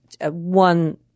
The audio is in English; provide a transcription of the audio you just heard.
one